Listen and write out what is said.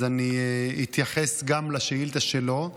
אז אני אתייחס גם לשאילתה שלו.